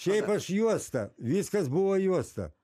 šiaip aš juosta viskas buvo juosta